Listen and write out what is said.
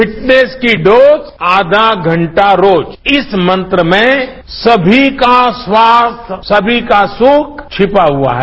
fitness की dose आया घंटा रोज इस मंत्र में समी का स्वास्थ्य समी का सुख छिपा हुआ है